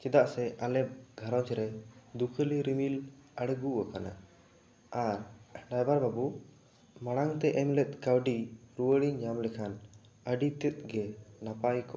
ᱪᱮᱫᱟᱜ ᱥᱮ ᱟᱞᱮ ᱜᱷᱟᱨᱚᱸᱡᱽ ᱨᱮ ᱫᱩᱠᱷᱟᱹᱞᱤ ᱨᱤᱢᱤᱞ ᱟᱬᱜᱳ ᱟᱠᱟᱱᱟ ᱟᱨ ᱰᱟᱭᱵᱟᱨ ᱵᱟᱹᱵᱩ ᱢᱟᱲᱟᱝ ᱛᱮ ᱮᱱᱦᱤᱞᱳᱜ ᱠᱟᱹᱣᱰᱤ ᱨᱩᱣᱟᱹᱲ ᱤᱧ ᱧᱟᱢ ᱞᱮᱠᱷᱟᱱ ᱟᱹᱰᱤ ᱛᱮᱫ ᱜᱮ ᱱᱟᱯᱟᱭ ᱠᱚᱜᱼᱟ